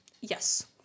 yes